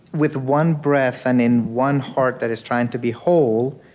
with one breath and in one heart that is trying to be whole,